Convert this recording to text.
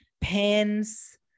pens